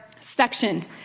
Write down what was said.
section